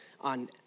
on